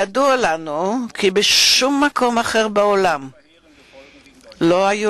ידוע לנו כי בשום מקום אחר בעולם לא היו